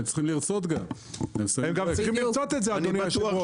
הם גם צריכים לרצות את זה, אדוני היו"ר.